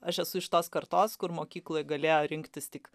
aš esu iš tos kartos kur mokykloj galėjo rinktis tik